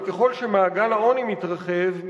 אבל ככל שמעגל העוני מתרחב,